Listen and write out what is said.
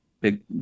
big